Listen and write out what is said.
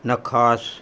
नखास